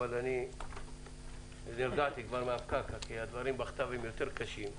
אבל אני כבר נרגעתי בפקק כי הדברים בכתב הם יותר קשים,